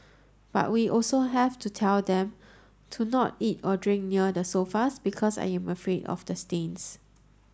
but we also have to tell them to not eat or drink near the sofas because I am afraid of the stains